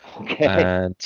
Okay